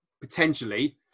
potentially